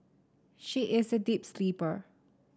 she is a deep sleeper